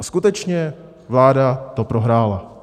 A skutečně, vláda to prohrála.